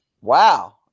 wow